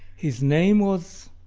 his name was,